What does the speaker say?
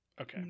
okay